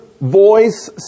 voice